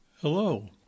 Hello